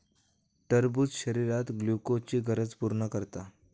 टरबूज शरीरात ग्लुकोजची गरज पूर्ण करता